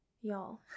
Y'all